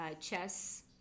chess